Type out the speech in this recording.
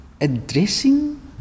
addressing